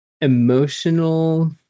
emotional